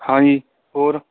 ਹਾਂਜੀ ਹੋਰ